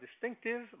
distinctive